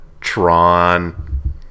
Tron